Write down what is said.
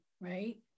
right